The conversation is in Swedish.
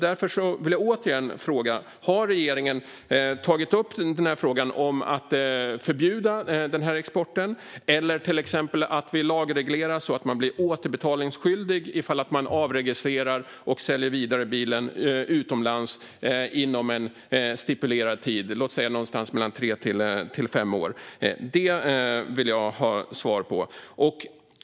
Därför vill jag återigen fråga: Har regeringen tagit upp frågan om att förbjuda den här exporten eller till exempel lagreglera så att man blir återbetalningsskyldig ifall man avregistrerar bilen och säljer den vidare utomlands inom en stipulerad tid, låt oss säga någonstans mellan tre och fem år? Det vill jag ha svar på.